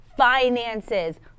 finances